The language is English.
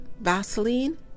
vaseline